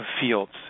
fields